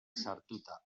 sartuta